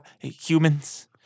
humans